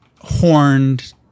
horned